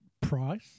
price